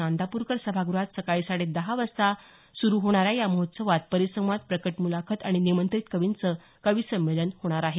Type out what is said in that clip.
नांदापूरकर सभाग़हात सकाळी साडे दहा वाजता सुरूवात होणाऱ्या या महोत्सवात परिसंवाद प्रकट मुलाखत आणि निमंत्रित कवींचे कविसंमेलन होणार आहे